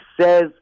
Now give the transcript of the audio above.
says